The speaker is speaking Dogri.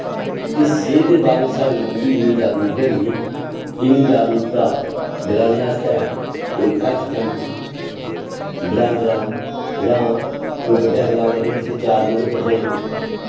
ते सेह्त दे बारै च बी साढ़े लोग इयां जागरूक होई जंदे इन्नी जागरूकता ग्राएं आस्तै कोई हैल्थ कैंप कोई ग्रांऽ ग्रांऽ जां कुतै उत्थै चार ग्रांऽ जित्थै